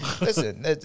Listen